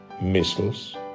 missiles